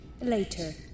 Later